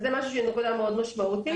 זו נקודה מאוד משמעותית.